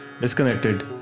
disconnected